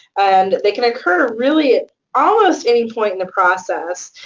and they can occur, really, at almost any point in the process,